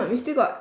we still got